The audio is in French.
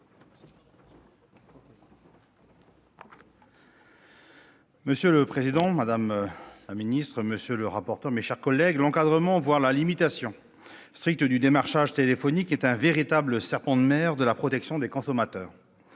Monsieur le président, madame la secrétaire d'État, monsieur le rapporteur, mes chers collègues, l'encadrement, voire la limitation stricte, du démarchage téléphonique est un véritable serpent de mer de la protection des consommateurs.